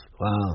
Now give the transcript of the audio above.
Wow